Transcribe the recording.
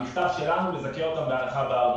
המכתב שלנו מזכה אותם בהנחה בארנונה.